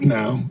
now